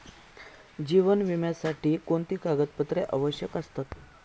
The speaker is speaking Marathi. जीवन विम्यासाठी कोणती कागदपत्रे आवश्यक असतात?